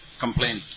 complaint